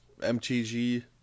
MTG